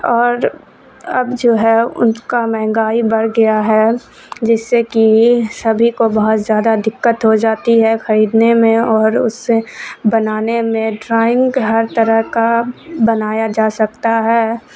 اور اب جو ہے ان کا مہنگائی بڑھ گیا ہے جس سے کہ سبھی کو بہت زیادہ دقت ہو جاتی ہے خریدنے میں اور اس سے بنانے میں ڈرائنگ ہر طرح کا بنایا جا سکتا ہے